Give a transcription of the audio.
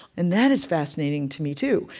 and that is fascinating to me too,